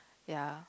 ya